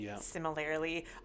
similarly